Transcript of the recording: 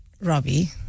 Robbie